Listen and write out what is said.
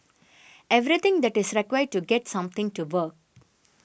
everything that is required to get something to work